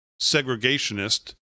segregationist